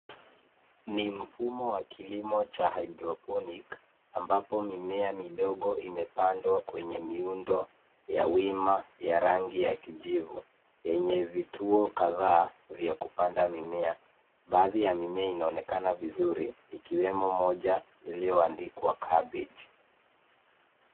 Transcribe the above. Ni mfumo wa kilimo cha haidroponiki ambapo mimea midogo imepandwa kwenye miundo ya wima ya rangi ya kijivu yenye vituo kadhaa vya kupanda mimea .Baadhi ya mimea inaonekana vizuri ikiwemo moja iliyoandikwa cabbage .